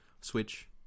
Switch